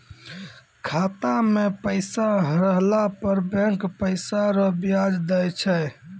खाता मे पैसा रहला पर बैंक पैसा रो ब्याज दैय छै